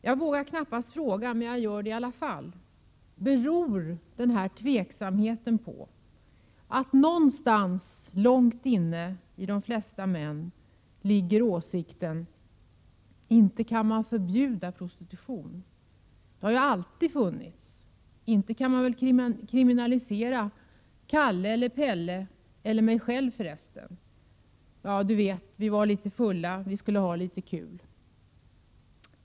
Jag vågar knappast fråga, men jag gör det i alla fall. Beror den här tveksamheten på att någonstans långt inne i de flesta män ligger åsikten: ”Inte kan man förbjuda prostitution. Den har ju alltid funnits. Inte kan man väl kriminalisera Kalle och Pelle eller mig själv för resten? Du vet, vi var litet fulla, vi skulle ha litet kul”?